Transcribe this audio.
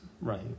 Right